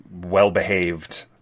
well-behaved